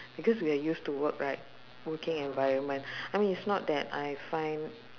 because we are used to work right working environment I mean is not that I find